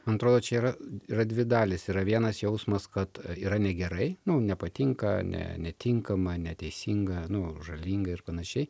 man atrodo čia yra yra dvi dalys yra vienas jausmas kad yra negerai nu nepatinka ne netinkama neteisinga nu žalinga ir panašiai